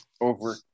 over